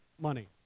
money